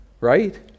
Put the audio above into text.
right